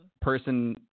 person